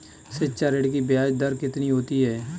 शिक्षा ऋण की ब्याज दर कितनी होती है?